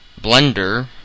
Blender